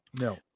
No